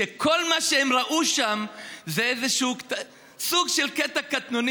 שכל מה שהם ראו שם זה איזשהו סוג של קטע קטנוני